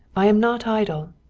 i am not idle.